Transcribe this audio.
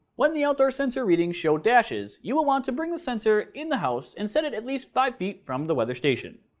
when the outdoor sensor readings show dashes you will want to bring the sensor in the house and set it at least five feet from the weather station.